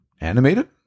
animated